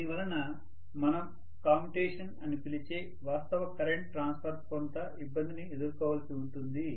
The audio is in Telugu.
దీనివలన మనం కమ్యుటేషన్ అని పిలిచే వాస్తవ కరెంట్ ట్రాన్స్ఫర్ కొంత ఇబ్బందిని ఎదుర్కోవలసి ఉంటుంది